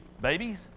babies